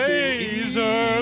Laser